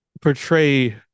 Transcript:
portray